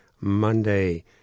Monday